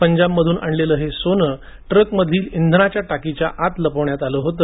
पंजाबमधून आणलेलं हे सोनं ट्रकमधील इंधन टाकीच्या आत लपवण्यात आले होते